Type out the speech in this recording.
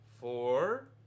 four